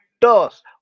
dos